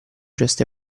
gesto